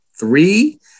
Three